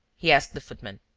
he asked the footman.